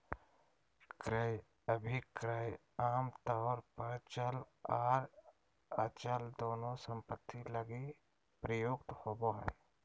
क्रय अभिक्रय आमतौर पर चल आर अचल दोनों सम्पत्ति लगी प्रयुक्त होबो हय